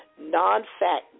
non-fat